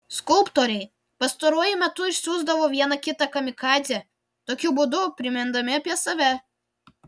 skulptoriai pastaruoju metu išsiųsdavo vieną kitą kamikadzę tokiu būdu primindami apie save